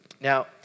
Now